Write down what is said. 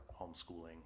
homeschooling